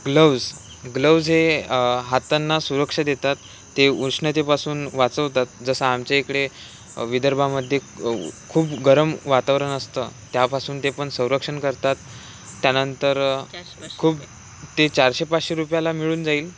gloves gloves हे हातांना सुरक्षा देतात ते उष्णतेपासून वाचवतात जसं आमच्या इकडे विदर्भामध्ये खूप गरम वातावरण असतं त्यापासून ते पण संरक्षण करतात त्यानंतर खूप ते चारशे पाचशे रुपयाला मिळून जाईल